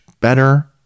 better